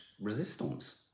resistance